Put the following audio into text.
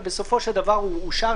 אבל בסופו של דבר הוא אושר,